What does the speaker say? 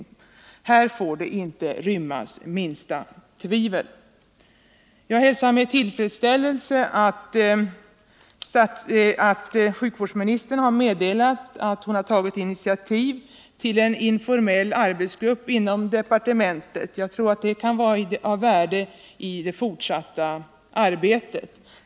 I de här frågorna får inte rymmas minsta tvivel om den svenska inställningen. Jag hälsar med tillfredsställelse att sjukvårdsministern har meddelat att hon tagit initiativ till en informell arbetsgrupp inom departementet. Detta är säkerligen av värde för det fortsatta arbetet.